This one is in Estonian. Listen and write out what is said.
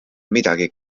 midagi